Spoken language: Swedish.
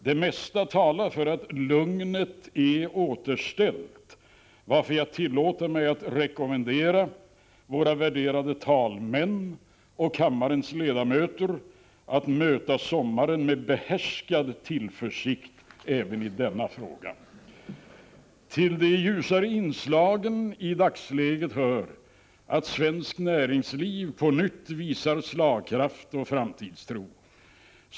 Det mesta talar för att lugnet är återställt, varför jag tillåter mig att rekommendera våra värderade talmän och kammarens ledamöter att möta sommaren med behärskad tillförsikt även i denna fråga. Till de ljusare inslagen i dagsläget hör att svenskt näringsliv på nytt visar slagkraft och framtidstro.